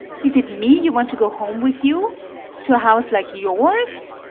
is it me you want to go home with you to a house like yours?